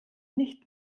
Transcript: nicht